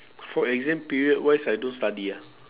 for exam period wise I don't study ah